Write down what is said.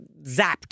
zapped